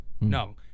No